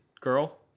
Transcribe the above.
girl